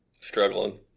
struggling